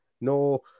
No